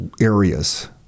areas